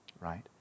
Right